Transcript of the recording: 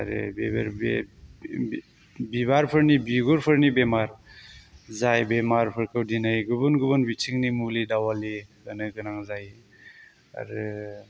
आरो बेफोर बे बिबारफोरनि बिगुफोरनि बेमार जाय बेमारफोरखौ दिनै गुबुन गुबुन बिथिंनि मुलि दावालि होनो गोनां जायो आरो